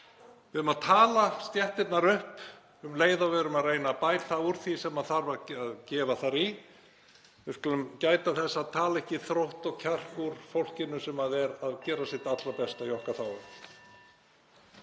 Við eigum að tala stéttirnar upp um leið og við erum að reyna að bæta úr því sem þarf að gefa í. Við skulum gæta þess að tala ekki þrótt og kjark úr fólkinu sem er að gera sitt allra besta í okkar þágu.